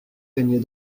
régnait